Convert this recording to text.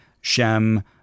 Shem